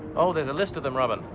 oh, there's a list of them, robyn.